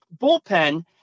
bullpen